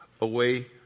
away